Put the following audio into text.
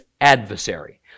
adversary